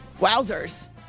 Wowzers